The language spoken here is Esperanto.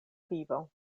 vivo